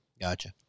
Gotcha